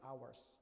hours